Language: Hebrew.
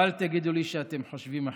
ואל תגידו לי שאתם חושבים אחרת.